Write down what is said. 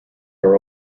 are